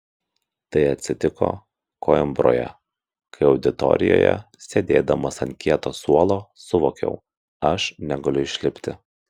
tai atsitiko koimbroje kai auditorijoje sėdėdamas ant kieto suolo suvokiau aš negaliu išlipti